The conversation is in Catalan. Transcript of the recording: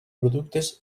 productes